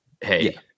Hey